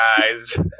guys